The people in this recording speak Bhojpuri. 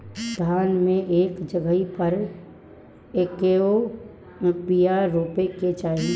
धान मे एक जगही पर कएगो बिया रोपे के चाही?